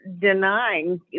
denying